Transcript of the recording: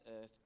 earth